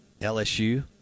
LSU